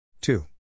two